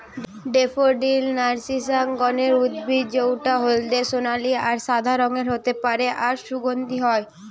daffodil narcissus গণের উদ্ভিদ জউটা হলদে সোনালী আর সাদা রঙের হতে পারে আর সুগন্ধি হয়